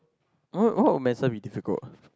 why why would medicine be difficult